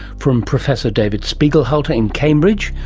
from professor david spiegelhalter in cambridge,